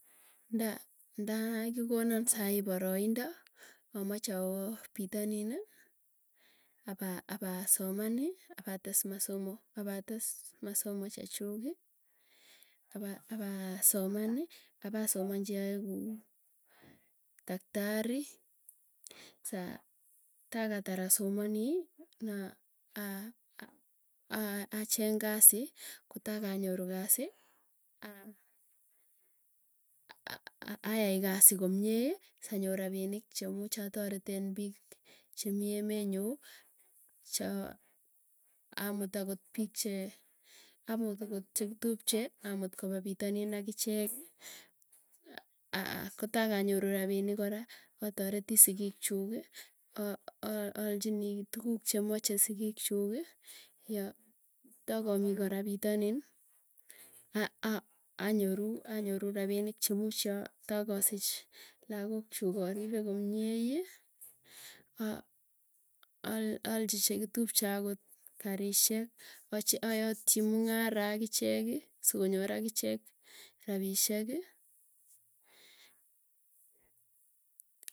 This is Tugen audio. Nda ndakikonon sai paroindo amache awoo pitonini apasomani, apates masomo. Apates masomo chechuuki apa apaa somanii, apasomanchi aeguu taktari, saa takaatar asomanii na aah ak aa acheng kasii kotaa kanyoru kasii, ayai kasii komiei sanyor rapinik chemuuch atareten piik chemii emee nyuu choo amut akot piik che, amut akot chekitupche amut kopa pitanin akichekii. Kotaa kanyoru rapinik koraa atareti sigik chuuki, aa aa alchini tuguuk chemache sigiikchuki. Takamii kora pitonin ah ah anyoru anyoru rapinik chemuuch aah taakasich, lagook chuuk aripe komie yii. Aa alchi chekitupche akot karisyek achi ayatchi mung'ara akicheki sikonyor akichek rapisyeki.